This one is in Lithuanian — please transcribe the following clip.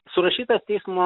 surašytas teismo